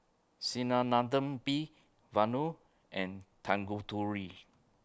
Sinnathamby Vanu and Tanguturi